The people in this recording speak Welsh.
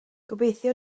gobeithio